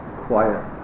quiet